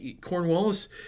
Cornwallis